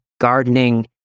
gardening